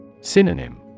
Synonym